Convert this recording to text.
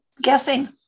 guessing